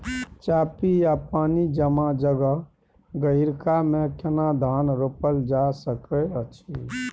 चापि या पानी जमा जगह, गहिरका मे केना धान रोपल जा सकै अछि?